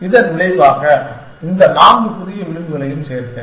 இதன் விளைவாக இந்த நான்கு புதிய விளிம்புகளையும் சேர்த்தேன்